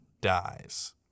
dies